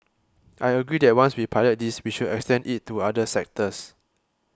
I agree that once we pilot this we should extend it to other sectors